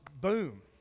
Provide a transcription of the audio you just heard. boom